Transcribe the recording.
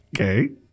Okay